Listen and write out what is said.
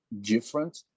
different